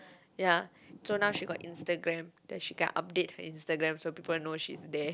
ya so now she got Instagram then she got update her Instagram so people will know she is there